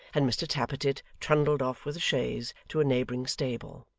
and mr tappertit trundled off with the chaise to a neighbouring stable.